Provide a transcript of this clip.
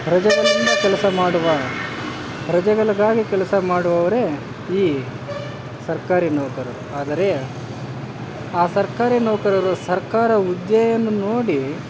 ಪ್ರಜೆಗಳಿಂದ ಕೆಲಸ ಮಾಡುವ ಪ್ರಜೆಗಳ್ಗಾಗಿ ಕೆಲಸ ಮಾಡುವವರೇ ಈ ಸರ್ಕಾರಿ ನೌಕರರು ಆದರೆ ಆ ಸರ್ಕಾರಿ ನೌಕರರು ಸರ್ಕಾರ ಹುದ್ದೆಯನ್ನು ನೋಡಿ